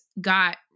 got